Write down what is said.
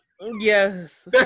Yes